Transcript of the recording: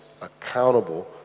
accountable